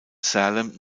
salem